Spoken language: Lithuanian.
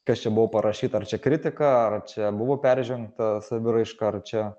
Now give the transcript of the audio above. kas čia buvo parašyta ar čia kritika ar čia buvo peržengta saviraiška ar čia